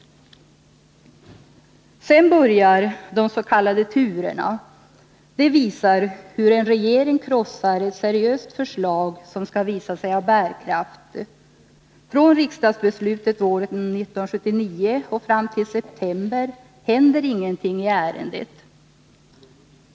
Sedan börjar de s.k. turerna. De visar hur en regering krossar ett seriöst förslag, som skall visa sig ha bärkraft. Från riksdagsbeslutet våren 1979 och Nr 145 fram till september händer ingenting i ärendet.